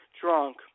drunk